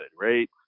right